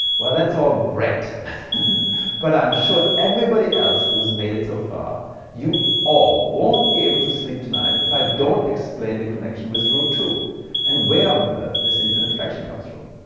well that's all great but i'm sure everybody else who has made it so far you all won't be able to sleep tonight if i don't explain the connection with root two and where on earth this infinite fraction comes from.